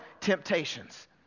temptations